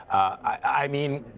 i mean,